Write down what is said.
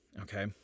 okay